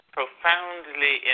profoundly